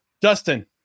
Dustin